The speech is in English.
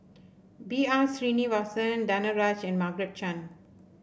B R Sreenivasan Danaraj and Margaret Chan